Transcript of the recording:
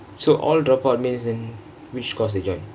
so all dropouts mean which course they join